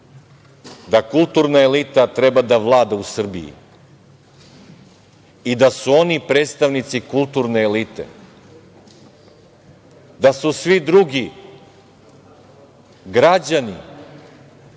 da kulturna elita treba da vlada u Srbiji i da su oni predstavnici kulturne elite, da su svi drugi građani